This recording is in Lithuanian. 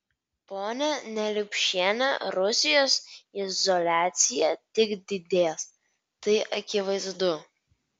ponia neliupšiene rusijos izoliacija tik didės tai akivaizdu